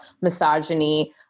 misogyny